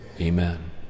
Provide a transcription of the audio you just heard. Amen